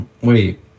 Wait